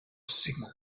signal